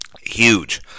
huge